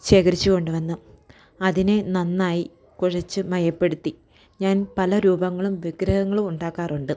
ശേഖരിച്ചു കൊണ്ടു വന്ന് അതിനെ നന്നായി കുഴച്ചു മയപ്പെടുത്തി ഞാൻ പല രൂപങ്ങളും വിഗ്രഹങ്ങളും ഉണ്ടാക്കാറുണ്ട്